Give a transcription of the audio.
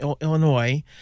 Illinois